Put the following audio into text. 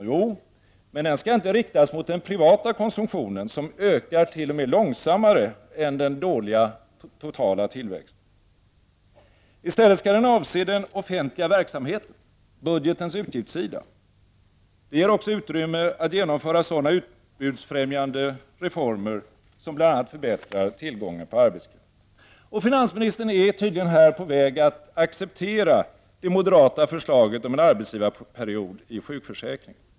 Jo, men den skall inte riktas mot den privata konsumtionen, som t.o.m. ökar långsammare än den dåliga totala tillväxten. I stället skall de avse den offentliga verksamheten, bud getens utgiftssida. Det ger också utrymme att genomföra sådana utbudsfrämjande reformer som bl.a. förbättrar tillgången på arbetskraft. Finansministern är tydligen här på väg att acceptera det moderata förslaget om en arbetsgivarperiod i sjukförsäkringen.